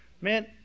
man